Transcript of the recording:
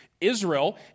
Israel